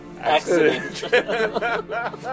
Accident